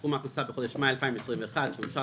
סכום ההכנסה בחודש מאי 2021 שאושר